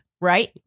right